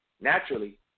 naturally